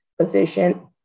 position